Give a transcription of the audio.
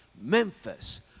Memphis